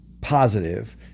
positive